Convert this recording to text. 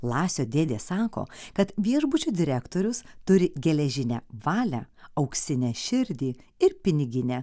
lasio dėdė sako kad viešbučio direktorius turi geležinę valią auksinę širdį ir piniginę